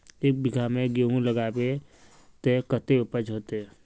एक बिगहा में गेहूम लगाइबे ते कते उपज होते?